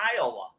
Iowa